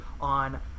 on